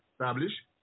establish